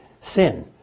sin